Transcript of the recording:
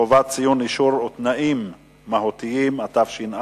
(חובת ציון אישור ותנאים מהותיים), התש"ע